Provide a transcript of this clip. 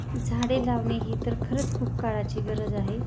झाडे लावणे ही तर खरंच खूप काळाची गरज आहे